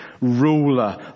ruler